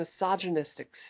misogynistic